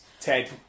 Ted